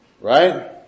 right